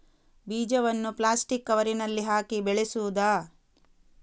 ಬೀಜವನ್ನು ಪ್ಲಾಸ್ಟಿಕ್ ಕವರಿನಲ್ಲಿ ಹಾಕಿ ಬೆಳೆಸುವುದಾ?